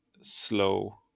slow